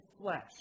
flesh